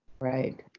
Right